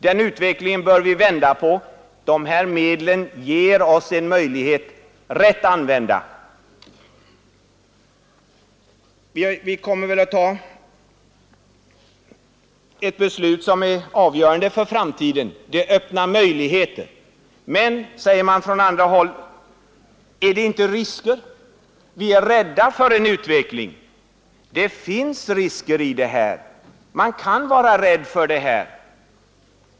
Den utvecklingen bör vi vända på. ATP-medel ger oss, rätt använda, en möjlighet. Vi kommer att fatta ett beslut som är avgörande för framtiden. Det öppnar möjligheter. Men, säger man från andra håll, är det inte förenat med risker? Vi är rädda för denna utveckling. — Det finns risker, och man kan vara rädd för detta.